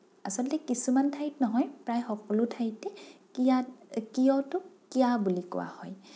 আছলতে কিছুমান ঠাইত নহয় প্ৰায় সকলো ঠাইতে কিয়া কিয়টোক কিয়া বুলি কোৱা হয়